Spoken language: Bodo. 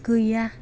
गैया